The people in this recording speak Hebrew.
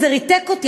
זה ריתק אותי,